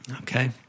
Okay